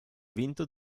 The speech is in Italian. vinto